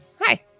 Hi